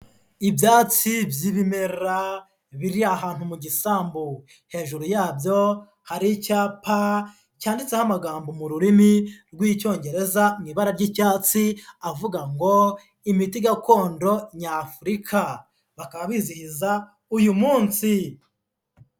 Ibyatsi by'ibimera, biri ahantu mu gisambu. Hejuru yabyo hari icyapa cyanditseho amagambo mu rurimi rw'icyongereza, mu ibara ry'icyatsi, avuga ngo imiti gakondo nyafurika. Bakaba bizihiza uyu munsi.